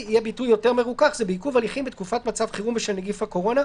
המטרה הייתה קודם כל לתת עיכוב הליכים בתקופה של שלושת חודשים,